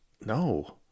No